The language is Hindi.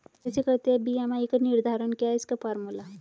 कैसे करते हैं बी.एम.आई का निर्धारण क्या है इसका फॉर्मूला?